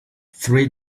three